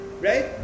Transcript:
right